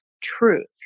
truth